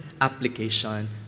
application